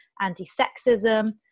anti-sexism